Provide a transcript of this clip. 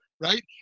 right